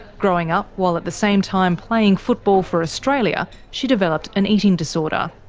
growing up while at the same time playing football for australia, she developed an eating disorder.